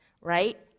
right